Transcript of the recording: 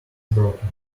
broken